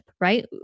right